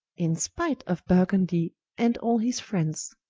in spight of burgonie and all his friends.